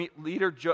leader